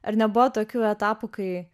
ar nebuvo tokių etapų kai